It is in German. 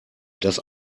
das